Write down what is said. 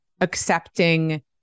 accepting